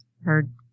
heard